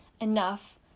enough